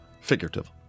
figurative